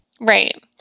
Right